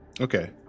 Okay